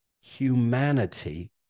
humanity